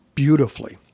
beautifully